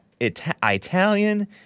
Italian